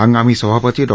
हंगामी सभापती डॉ